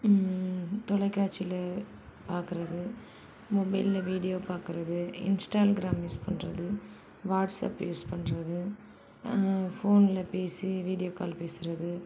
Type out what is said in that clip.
தொலைக்காட்சியில் பாக்கிறது மொபைலில் வீடியோ பாக்கிறது இன்ஸ்டால்கிராம் யூஸ் பண்ணுறது வாட்ஸ்அப் யூஸ் பண்ணுறது ஃபோனில் பேசி வீடியோ கால் பேசுவது